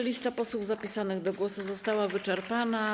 Lista posłów zapisanych do głosu została wyczerpana.